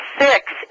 six